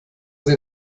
sie